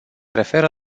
referă